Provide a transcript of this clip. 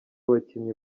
bakinyi